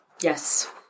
yes